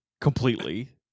completely